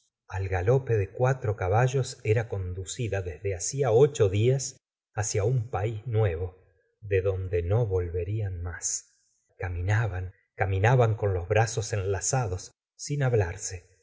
al galope de cuatro caballos era conducida desde hacia ocho días hacia un país nuevo de donde no volverían más caminaban caminaban con los brazos enlazados sin hablarse